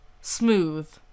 Smooth